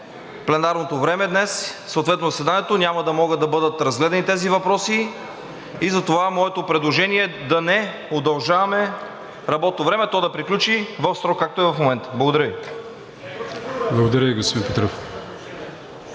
пленарното време днес, съответно заседанието, няма да могат да бъдат разгледани тези въпроси и затова моето предложение е да не удължаваме работното време, то да приключи в срок, както е в момента. Благодаря Ви. ПРЕДСЕДАТЕЛ АТАНАС